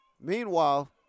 Meanwhile